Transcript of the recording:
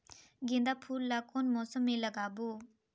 गेंदा फूल ल कौन मौसम मे लगाबो?